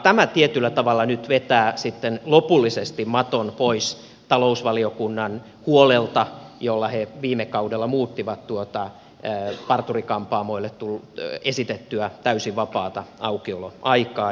tämä tietyllä tavalla nyt vetää sitten lopullisesti maton pois talousvaliokunnan huolelta jolla he viime kaudella muuttivat tuota parturi kampaamoille esitettyä täysin vapaata aukioloaikaa